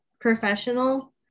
professional